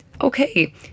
Okay